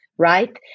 Right